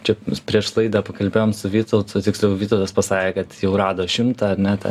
čia prieš laidą pakalbėjom su vytautu tiksliau vytautas pasakė kad jau rado šimtą ar ne ten